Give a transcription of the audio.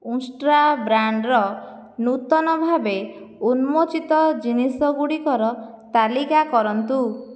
ଉଷ୍ଟ୍ରା ବ୍ରାଣ୍ଡ୍ର ନୂତନ ଭାବେ ଉନ୍ମୋଚିତ ଜିନିଷ ଗୁଡ଼ିକର ତାଲିକା କରନ୍ତୁ